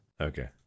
Okay